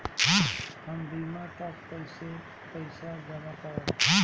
हम बीमा ला कईसे पईसा जमा करम?